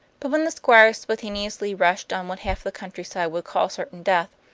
but when the squire spontaneously rushed on what half the countryside would call certain death,